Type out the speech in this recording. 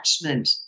attachment